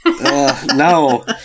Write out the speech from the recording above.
no